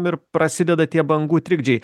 ir prasideda tie bangų trikdžiai